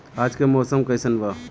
आज के मौसम कइसन बा?